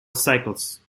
cycles